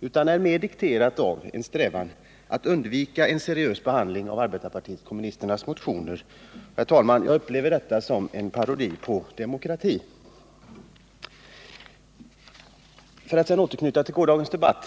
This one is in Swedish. utan det måste mera vara dikterat av en strävan att undvika en seriös behandling av arbetarpartiet kommunisternas motioner. Herr talman. Jag upplever detta som en parodi på demokratin. Jag vill sedan återknyta till gårdagens debatt.